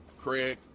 Craig